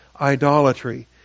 idolatry